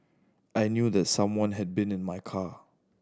I knew that someone had been in my car